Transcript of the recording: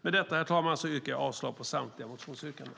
Med detta, herr talman, yrkar jag avslag på samliga motionsyrkanden.